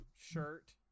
shirt